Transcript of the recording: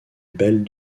belles